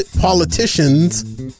politicians